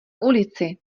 ulici